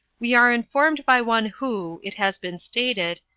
we are informed by one who, it has been stated,